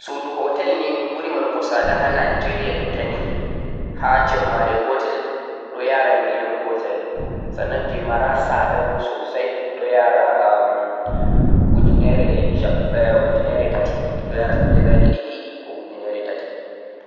Sudu hotel ɗu ɓuri marugo sada ha Nigeria juttani ha jemmare gotel ɗon yara million gotel sannan je mara sada bo ɗon yara ujunere ɗiɗi yahugo tati